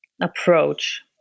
approach